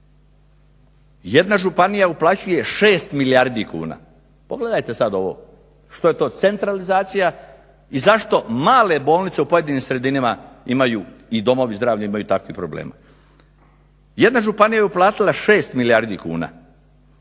Jedna županija uplaćuje 6 milijardi kuna. Pogledajte sad ovo što je to centralizacija i zašto male bolnice u pojedinim sredinama imaju i domovi zdravlja imaju takvih problema. Jedna županija je uplatila 6 milijardi kuna.